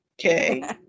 Okay